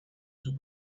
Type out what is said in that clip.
sus